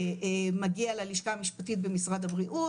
מגיע ללשכה המשפטית במשרד הבריאות,